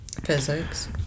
Physics